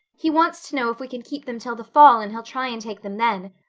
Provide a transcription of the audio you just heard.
he wants to know if we can keep them till the fall and he'll try and take them then.